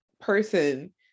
person